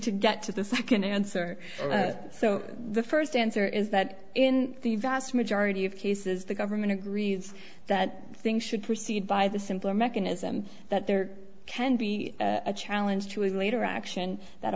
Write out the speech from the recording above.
to get to the second answer so the first answer is that in the vast majority of cases the government agrees that things should proceed by the simpler mechanism that there can be a challenge to a later action that